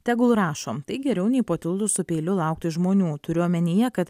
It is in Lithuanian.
tegul rašo tai geriau nei po tiltu su peiliu laukti žmonių turiu omenyje kad